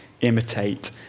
imitate